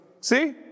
see